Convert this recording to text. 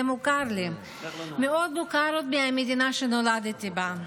זה מוכר לי, מאוד מוכר, עוד מהמדינה שנולדתי בה.